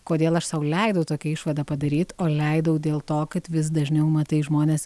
kodėl aš sau leidau tokią išvadą padaryt o leidau dėl to kad vis dažniau matai žmones